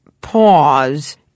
pause